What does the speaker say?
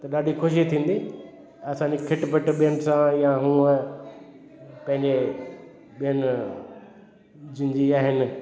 त ॾाढी ख़ुशी थींदी ऐं असांजे खिट पिट ॿियनि सां या उहा पंहिंजे ॿिनि जिन जी आहिनि